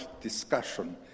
discussion